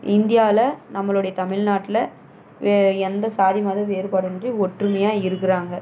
இந்தியாவில் நம்மளுடைய தமிழ் நாட்டில் எந்த சாதி மத வேறுபாடின்றி ஒற்றுமையாக இருக்கிறாங்க